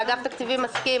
שאגף התקציבים מסכים,